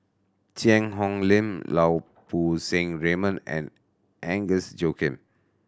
Cheang Hong Lim Lau Poo Seng Raymond and Agnes Joaquim